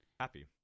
Happy